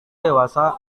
dewasa